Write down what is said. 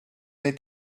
they